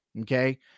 Okay